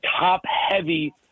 top-heavy